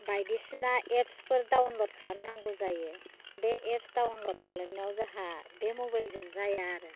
बायदिसिना एप्सफोर डाउनलड खालामनांगौ जायो बे एप्स डाउनलड खालामनायाव जोंहा बे मबेलजों जाया आरो